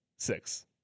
Six